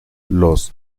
los